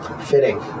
Fitting